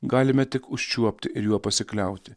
galime tik užčiuopti ir juo pasikliauti